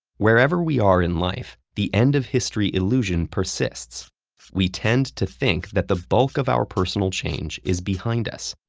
wherever we are in life, the end of history illusion persists we tend to think that the bulk of our personal change is behind us.